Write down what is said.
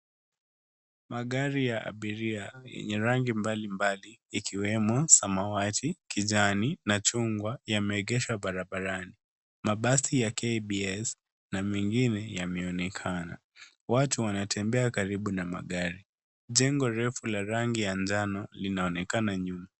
Magari ya abiria yenye rangi mbalimbali ikiwemo samawati, kijani na chungwa, yameegeshwa barabarani. Mabasi ya KBS na mengine yameonekana. Watu wanatembea karibu na magari. Jengo refu la rangi ya njano linaonekana nyuma.